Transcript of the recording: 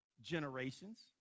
generations